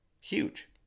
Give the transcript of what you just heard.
Huge